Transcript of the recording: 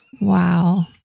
Wow